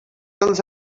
dels